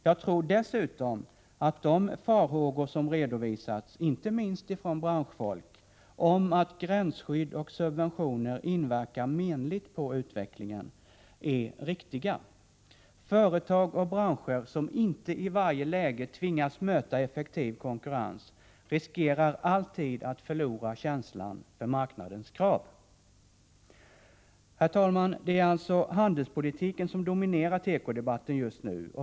Jag tror dessutom att de farhågor om att gränsskydd och subventioner inverkar menligt på utvecklingen som har framförts, inte minst från branschfolk, är berättigade. Företag och branscher som inte i varje läge tvingas möta effektiv konkurrens riskerar alltid att förlora känslan för marknadens krav. Herr talman! Det är alltså handelspolitiken som dominerar tekodebatten just nu.